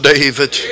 David